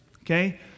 Okay